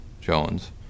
Jones